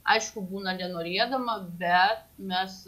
aišku būna nenorėdama bet mes